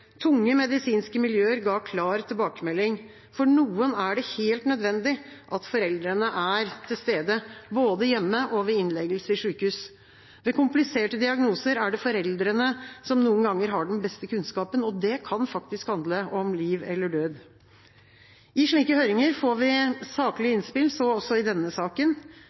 Tunge medisinske miljøer ga klar tilbakemelding: For noen er det helt nødvendig at foreldrene er til stede, både hjemme og ved innleggelse på sjukehus. Ved kompliserte diagnoser er det foreldrene som noen ganger har den beste kunnskapen, og det kan faktisk handle om liv eller død. I slike høringer får vi saklige innspill, så også i denne saken,